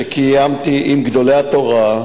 שקיימתי עם גדולי התורה,